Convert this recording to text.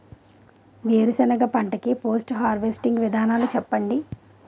వేరుసెనగ పంట కి పోస్ట్ హార్వెస్టింగ్ విధానాలు చెప్పండీ?